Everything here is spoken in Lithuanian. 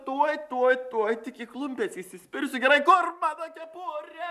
tuoj tuoj tuoj tik į klumpes įsispirsiu gerai kur mano kepurė